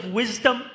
wisdom